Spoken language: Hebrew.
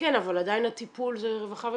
כן, אבל עדיין הטיפול זה רווחה ובריאות.